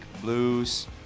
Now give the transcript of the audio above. blues